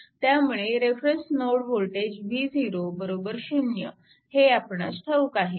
त्यामुळे reference node voltage v0 0 हे आपणास ठाऊक आहे